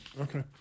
okay